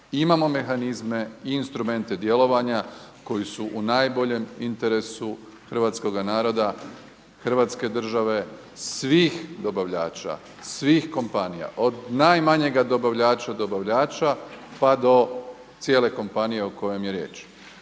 imamo mehanizme i instrumente djelovanja koji su u najboljem interesu hrvatskoga naroda, Hrvatske države, svih dobavljača, svih kompanija od najmanjega dobavljača, dobavljača pa do cijele kompanije o kojem je riječ.